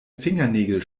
fingernägel